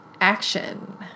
action